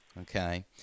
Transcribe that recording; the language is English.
okay